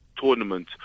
tournament